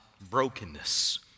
brokenness